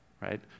right